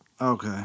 Okay